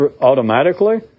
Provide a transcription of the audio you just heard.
automatically